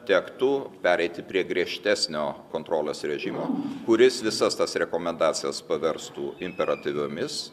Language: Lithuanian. tektų pereiti prie griežtesnio kontrolės režimo kuris visas tas rekomendacijas paverstų imperatyviomis